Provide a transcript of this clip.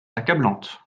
accablante